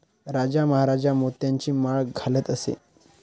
राजा महाराजा मोत्यांची माळ घालत असे